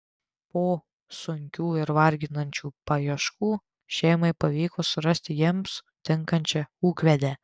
po sunkių ir varginančių paieškų šeimai pavyko surasti jiems tinkančią ūkvedę